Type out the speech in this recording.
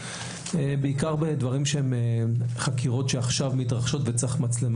בעיקר בדברים שהם חקירות שעכשיו מתרחשות וצריך לשים מצלמה,